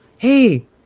Hey